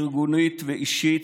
ארגונית ואישית,